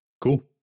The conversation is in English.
Cool